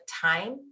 time